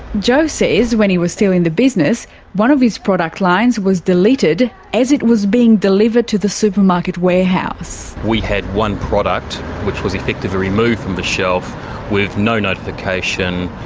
joe says that when he was still in the business one of his product lines was deleted as it was being delivered to the supermarket warehouse. we had one product which was effectively removed from the shelf with no notification.